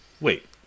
Wait